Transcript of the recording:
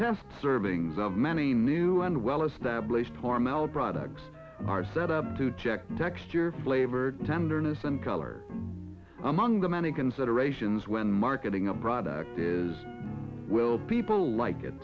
test servings of many new and well established hormel products are set up to check texture flavor tenderness and color among the many considerations when marketing a product is will people like it